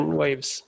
waves